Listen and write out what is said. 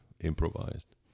improvised